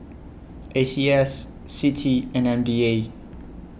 A C S CITI and M D A